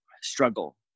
struggle